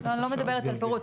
לא, אני לא מדברת על פירוט.